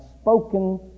spoken